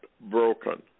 broken